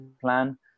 plan